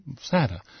sadder